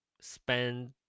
spend